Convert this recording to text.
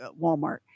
walmart